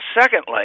secondly